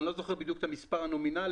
אני לא זוכר בדיוק את המספר הנומינלי